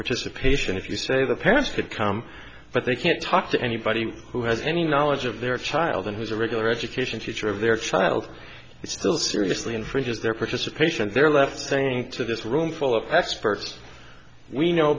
participation if you say the parents could come but they can't talk to anybody who has any knowledge of their child or who's a regular education teacher of their child still seriously infringes their participation their left saying to this roomful of experts we know